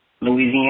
Louisiana